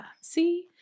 see